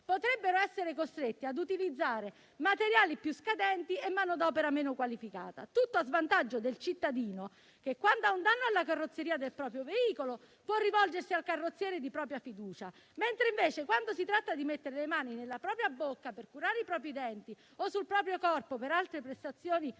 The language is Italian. potrebbero essere costretti a utilizzare materiali più scadenti e manodopera meno qualificata, tutto a svantaggio del cittadino, che, quando ha un danno alla carrozzeria del proprio veicolo, può rivolgersi al carrozziere di propria fiducia, mentre, quando si tratta di farsi mettere le mani in bocca per farsi curare i denti o sul proprio corpo per altre prestazioni